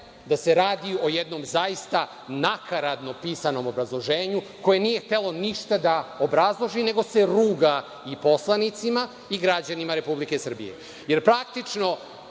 da se radi o jednom zaista nakaradno pisanom obrazloženju, koje nije htelo ništa da obrazloži, nego se ruga i poslanicima i građanima Republike Srbije. Jer, praktično